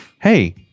hey